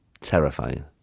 terrifying